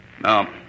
No